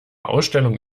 ausstellung